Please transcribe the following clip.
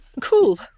Cool